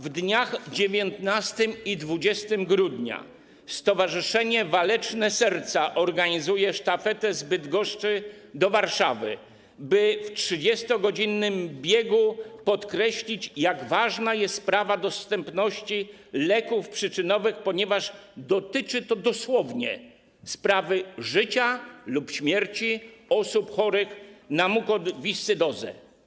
W dniach 19 i 20 grudnia Stowarzyszenie Waleczne Serca organizuje sztafetę z Bydgoszczy do Warszawy, by w 30-godzinnym biegu podkreślić, jak ważna jest sprawa dostępności leków przyczynowych, ponieważ dotyczy to dosłownie sprawy życia lub śmierci osób chorych na mukowiscydozę.